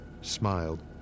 smiled